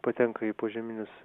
patenka į požeminius